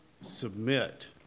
submit